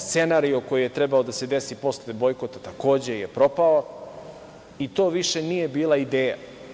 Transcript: Scenario koji je trebao da se desi posle bojkota, takođe je propao, i to više nije bila ideja.